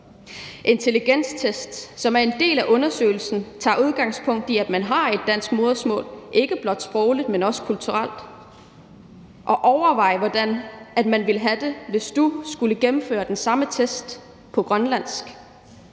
Intelligenstesten, der er en del af undersøgelsen, tager udgangspunkt i, at man har et dansk modersmål – ikke blot sprogligt, men også kulturelt. Overvej, hvordan du ville have det, hvis du skulle tage sådan en test på grønlandsk;